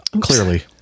clearly